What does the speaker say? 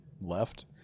left